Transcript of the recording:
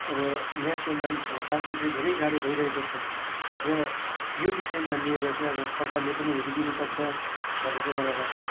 अब यहाँको मानिसहरूलाई बाँच्नु चाहिँ धेरै गाह्रो भइरहेको छ र यो विषयमा लिएर चाहिँ अब सरकारले पनि हेरिदिनु पर्छ भन्ने चाहिँ मलाई लाग्छ